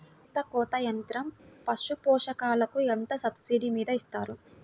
మేత కోత యంత్రం పశుపోషకాలకు ఎంత సబ్సిడీ మీద ఇస్తారు?